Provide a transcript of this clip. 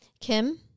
Kim